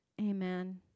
Amen